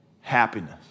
Happiness